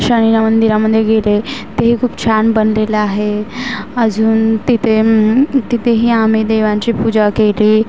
शनिच्या मंदिरामध्ये गेले ते हे खूप छान बनलेलं आहे अजून तिथे तिथेही आम्ही देवांची पूजा केली